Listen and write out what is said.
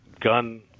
gun